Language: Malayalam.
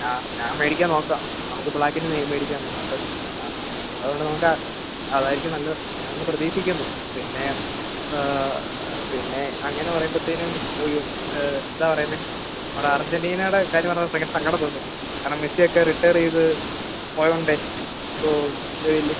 ആ ഞാൻ വേടിക്കാൻ നോക്കാം നമുക്ക് ബ്ലാക്കിന് വേടിക്കാമെന്നെ എന്നിട്ട് ആ അതുകൊണ്ട് നമുക്ക് അതായിരിക്കും നല്ലത് ഞാനൊന്ന് പ്രതീഷിക്കുന്നു പിന്നെ പിന്നെ അങ്ങനെ പറയുമ്പത്തേനും ഉയ്യോ എന്താ പറയുന്നത് നമ്മുടെ അർജൻറ്റീനയുടെ കാര്യമെന്ന് പറഞ്ഞാൽ അത് ഭയങ്കര സങ്കടം തോന്നും കാരണം മെസ്സിയൊക്കെ റിട്ടയറ് ചെയ്ത് പോയതുകൊണ്ടെ ഇപ്പോൾ